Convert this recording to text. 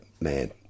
Man